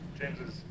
James